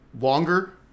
longer